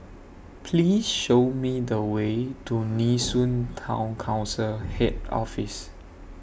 Please Show Me The Way to Nee Soon Town Council Head Office